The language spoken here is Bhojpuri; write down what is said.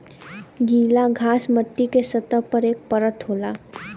गीला घास मट्टी के सतह पर एक परत होला